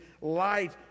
light